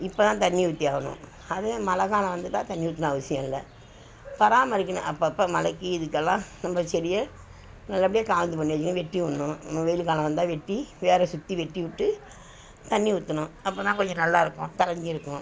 இப்போதான் தண்ணி ஊதற்றி ஆகணும் அதே மழை காலம் வந்துட்டால் தண்ணி ஊத்தணுன்னு அவசியம் இல்லை பராமரிக்கணும் அப்பப்போ மலைக்கு இதுக்கெல்லாம் நம்ம செடியை நல்லபடியாக காவுந்து பண்ணி வைக்கணும் வெட்டிவிட்ணும் நம்ம வெயில் காலம் வந்தால் வெட்டி வேரை சுற்றி வெட்டி விட்டு தண்ணி ஊற்றணும் அப்போதான் கொஞ்சம் நல்லாயிருக்கும் தழைஞ்சி இருக்கும்